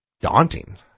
daunting